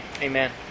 Amen